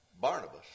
Barnabas